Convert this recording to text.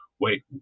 wait